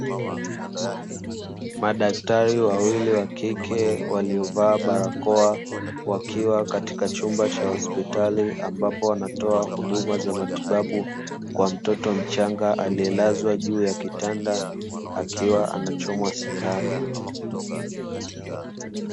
Madaktari wawili wa kike, waliovaa barakoa, wakiwa katika chumba cha hospitali, ambapo wanatoa huduma za matibabu kwa mtoto mchanga aliyelazwa juu ya kitanda, akiwa anachomwa sindano.